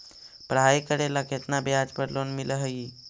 पढाई करेला केतना ब्याज पर लोन मिल हइ?